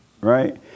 Right